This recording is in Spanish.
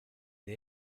the